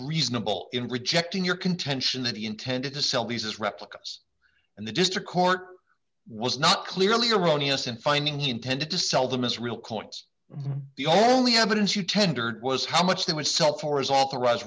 reasonable in rejecting your contention that he intended to sell these replicas and the district court was not clearly erroneous in finding he intended to sell them as real coins the all only evidence you tendered was how much they would sell for his authorize